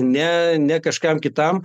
ne ne kažkam kitam